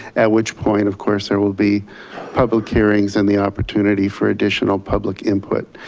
at which point of course, there will be public hearings and the opportunity for additional public input.